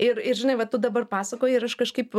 ir ir žinai va tu dabar pasakoji ir aš kažkaip